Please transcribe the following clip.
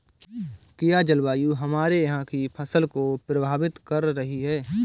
क्या जलवायु हमारे यहाँ की फसल को प्रभावित कर रही है?